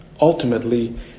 ultimately